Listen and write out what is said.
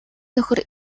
нөхөр